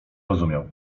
rozumiał